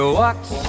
walks